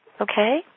Okay